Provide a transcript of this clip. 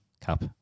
Cup